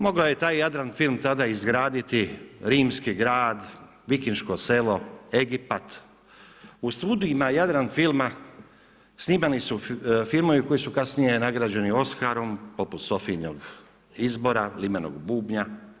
Mogao je taj Jadranfilm tada izgraditi Rimski grad, Vikinško selo, Egipat, u studijima Jadranfilma snimali su filmove koji su kasnije nagrađeni Oskarom poput Sofijinog izbora, Limenog bubnja.